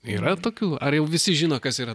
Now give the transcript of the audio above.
yra tokių ar jau visi žino kas yra